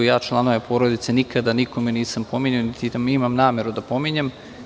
Ja članove porodice nikada nikome nisam pominjao, niti imam nameru da pominjem.